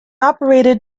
operated